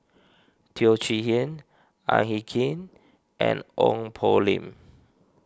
Teo Chee Hean Ang Hin Kee and Ong Poh Lim